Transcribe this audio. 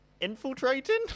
infiltrating